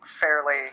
fairly